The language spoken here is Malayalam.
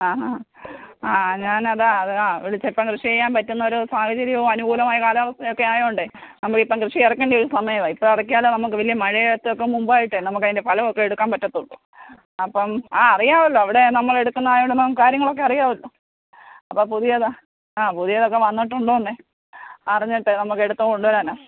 ആ ഹാ ആ ഞാനത് അത് ആ വിളിച്ചപ്പോൾ കൃഷി ചെയ്യാൻ പറ്റുന്ന ഒരു സാഹചര്യവും അനുകൂലമായ കാലാവസ്ഥയൊക്കെ ആയോണ്ടെ നമ്മളിപ്പോൾ കൃഷിയിറക്കേണ്ട ഒരു സമയമാണ് ഇപ്പോൾ ഇറക്കിയാലേ നമുക്ക് വലിയ മഴയത്തൊക്കെ മുമ്പായിട്ട് നമുക്കതിൻ്റെ ഫലമൊക്കെ എടുക്കാൻ പറ്റത്തുള്ളൂ അപ്പോം ആ അറിയാവല്ലോ അവിടെ നമ്മളെടുക്കുന്നയായൊണ്ട് നമുക്ക് കാര്യങ്ങളൊക്കെ അറിയാവല്ലോ അപ്പോൾ പുതിയതാണ് ആ പുതിയതൊക്കെ വന്നിട്ടുണ്ടൊന്ന് അറിഞ്ഞിട്ട് നമുക്ക് എടുത്ത് കൊണ്ടുവരാനാണ്